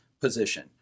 position